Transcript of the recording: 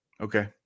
Okay